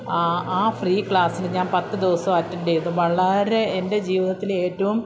ആ ആ ഫ്രീ ക്ലാസിൽ ഞാൻ പത്തു ദിവസവും അറ്റൻ്റ് ചെയ്തു വളരെ എൻ്റെ ജീവിതത്തിലെ ഏറ്റവും